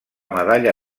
medalla